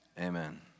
Amen